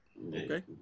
Okay